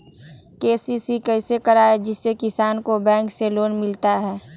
KCC कैसे कराये जिसमे किसान को बैंक से लोन मिलता है?